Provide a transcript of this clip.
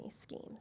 schemes